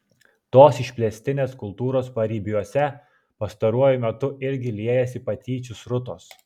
tos išplėstinės kultūros paribiuose pastaruoju metu irgi liejasi patyčių srutos